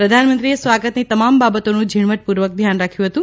પ્રધાનમંત્રીએ સ્વાગતની તમામ બાબતોનું ઝીણવટપૂર્વક ધ્યાન રાખ્યું હતું